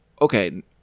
okay